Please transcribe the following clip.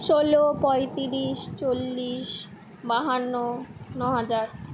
ষোলো পঁয়ত্রিশ চল্লিশ বাহান্ন ন হাজার